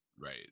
Right